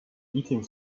eating